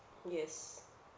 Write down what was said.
yes